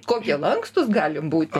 kokie lankstūs galim būti